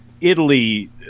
italy